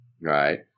Right